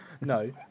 no